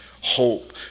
hope